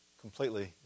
completely